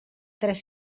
tres